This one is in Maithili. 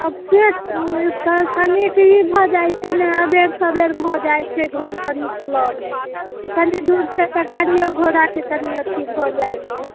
अब से तऽ कनिक ई भऽ जाइत छै ने अबेर सबेर भऽ जाइत छै घरसँ निकलऽमे कनि दूर छै तऽ गाड़ियो घोड़ाके कनि अथी भऽ जाइत छै